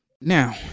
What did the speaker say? now